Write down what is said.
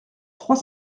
trois